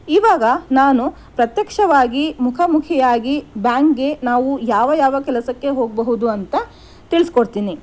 ಇವಾಗ ನಾನು ಪ್ರತ್ಯಕ್ಷವಾಗಿ ಮುಖಾಮುಖಿಯಾಗಿ ಬ್ಯಾಂಕ್ಗೆ ನಾವು ಯಾವ ಯಾವ ಕೆಲಸಕ್ಕೆ ಹೋಗಬಹುದು ಅಂತ ತಿಳಿಸ್ಕೊಡ್ತೀನಿ